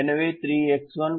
எனவே 3X1 3X2 ≤ 21